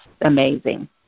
amazing